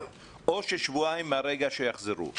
או ששבועיים מהרגע שיחזרו?